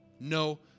no